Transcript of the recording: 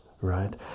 right